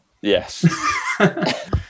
Yes